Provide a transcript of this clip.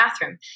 bathroom